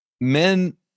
men